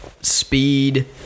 speed